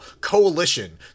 coalition